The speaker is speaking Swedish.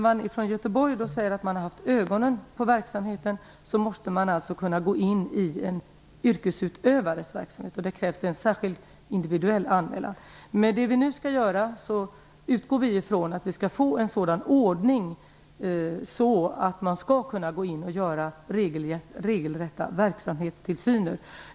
Man säger i Göteborg att man har haft ögonen på verksamheten, men man måste kunna gå in i en yrkesutövares verksamhet. För det krävs det en särskild individuell anmälan. Vi utgår ifrån att vi, genom det vi skall göra nu, skall få en sådan ordning att man skall kunna gå in och utöva regelrätt tillsyn över verksamheten.